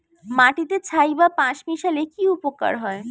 মাটিতে ছাই বা পাঁশ মিশালে কি উপকার হয়?